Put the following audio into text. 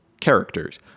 characters